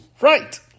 right